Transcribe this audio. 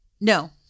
no